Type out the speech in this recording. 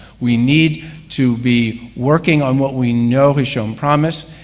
we need to be working on what we know has shown promise,